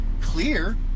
Clear